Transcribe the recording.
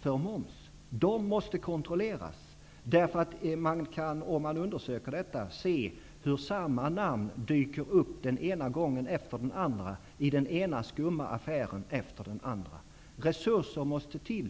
för moms. De måste kontrolleras. När man undersöker detta, kan man se hur samma namn dyker upp den ena gången efter den andra i den ena skumma affären efter den andra. Resurser måste till.